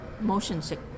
motion-sick